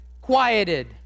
quieted